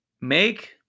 make